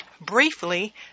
briefly